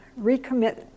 recommit